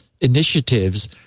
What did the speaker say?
initiatives